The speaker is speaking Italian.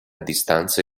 distanze